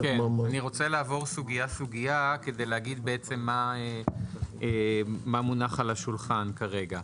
אני רוצה לעבור סוגיה סוגיה כדי להגיד מה מונח על השולחן כרגע.